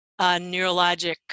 neurologic